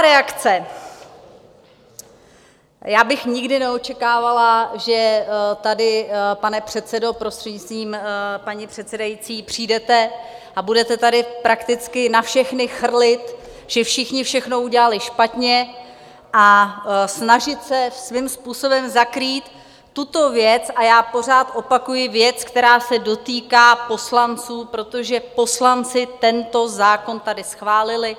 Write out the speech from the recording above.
Já bych nikdy neočekávala, že tady, pane předsedo, prostřednictvím paní předsedající, přijdete a budete tady prakticky na všechny chrlit, že všichni všechno udělali špatně, a snažit se svým způsobem zakrýt tuto věc, a já pořád opakuji, věc, která se dotýká poslanců, protože poslanci tento zákon tady schválili.